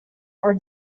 are